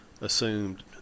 assumed